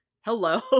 Hello